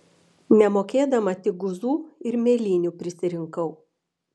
nemokėdama tik guzų ir mėlynių prisirinkau